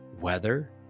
weather